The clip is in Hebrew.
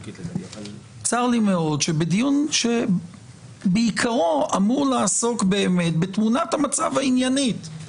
צר לי מאוד שבדיון שבעיקרו אמור לעסוק באמת בתמונת המצב העניינית,